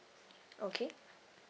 okay